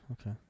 Okay